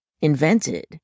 invented